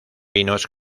vinos